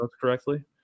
correctly